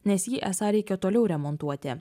nes jį esą reikia toliau remontuoti